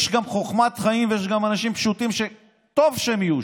כמו בסלט, אני חושב שכל אחד מביא את התובנה שלו.